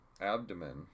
abdomen